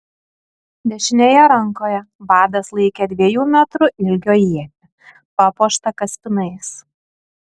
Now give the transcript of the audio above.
dešinėje rankoje vadas laikė dviejų metrų ilgio ietį papuoštą kaspinais